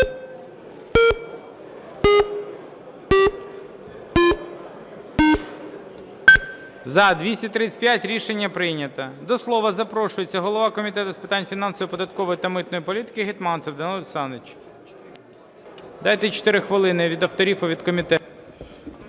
За-235 Рішення прийнято. До слова запрошується голова Комітету з питань фінансової, податкової та митної політики Гетманцев Данило Олександрович. Дайте 4 хвилини – від авторів і від комітету.